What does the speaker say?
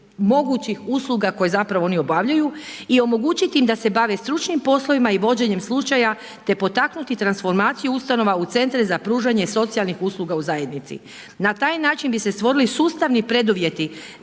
mogućih usluga koji zapravo oni obavljaju i omogućiti im da se bave stručnih poslova i vođenje slučaja, te potaknuti transformaciju ustanova u centre za pružanje socijalnih usluga u zajednici. Na taj način bi se stvorili sustavni preduvjeti,